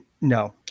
No